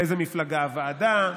מאיזה מפלגה הוועדה,